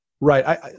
right